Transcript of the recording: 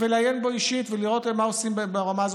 ולעיין בו אישית ולראות מה עושים ברמה הזאת,